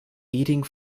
eating